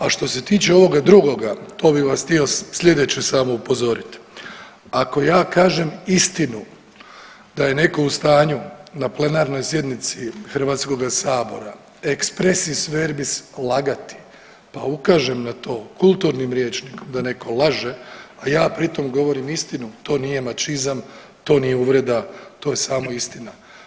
A što se tiče ovoga drugoga, to bi vas htio sljedeće samo upozoriti, ako ja kažem istinu da je neko u stanju na plenarnoj sjednici HS-a expressis verbis lagati pa ukažem na to kulturnim rječnikom da neko laže, a ja pri tom govorim istinu to nije mačizam, to nije uvreda, to je samo istina.